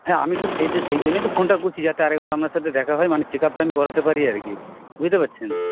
হ্যাঁ আমি তো সেত সেই জন্যেই তো ফোনটা করছি যাতে আরেকবার আপনার সাথে দেখা হয় মানে চেকআপটা আমি করাতে পারি আর কি বুঝতে পারছেন